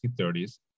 1930s